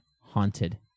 haunted